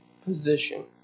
position